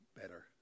better